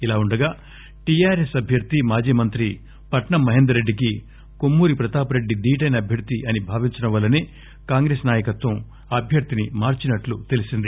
ఇలావుండగా టి ఆర్ ఎస్ అభ్యర్ధి మాజీ మంత్రి పట్నం మహేందర్రెడ్డికి కొమ్మూరి ప్రతాప్రెడ్డి ధీటైన అభ్యర్ది అని భావించడం వల్లనే కాంగ్రెస్ నాయకత్వం అభ్యర్దిని మార్చినట్లు తెలిసింది